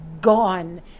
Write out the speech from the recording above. Gone